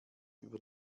über